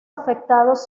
afectados